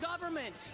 government